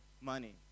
money